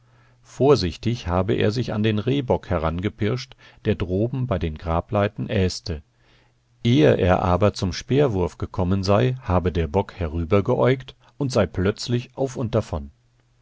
vorsichtig habe er sich an den rehbock herangepirscht der droben bei der grableiten äste ehe er aber zum speerwurf gekommen sei habe der bock herübergeäugt und sei plötzlich auf und davon